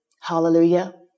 Hallelujah